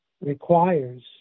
requires